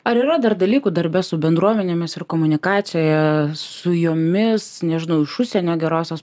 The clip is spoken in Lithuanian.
ar yra dar dalykų darbe su bendruomenėmis ir komunikacijoje su jomis nežinau iš užsienio gerosios